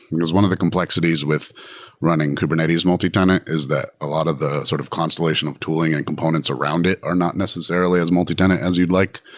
because one of the complexities with running kubernetes multitenant is that a lot of the sort of constellation of tooling and components around it are not necessarily as multitenant as you'd like.